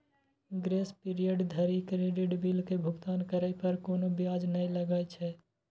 grace period धरि credit bill के भुगतान करै पर कोनो ब्याज नै लागै छै